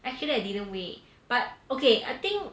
actually I didn't weigh but okay I think